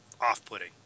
off-putting